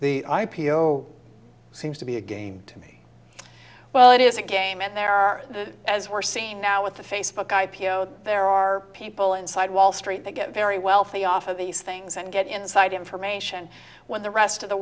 the i p o seems to be a game to me well it is a game and there are as we're seeing now with the facebook i p o there are people inside wall street that get very wealthy off of these things and get inside information when the rest of the